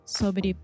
sobre